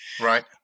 right